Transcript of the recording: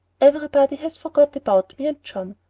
everybody has forgot about me and john.